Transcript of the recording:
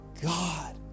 God